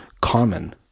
common